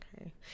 Okay